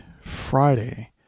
Friday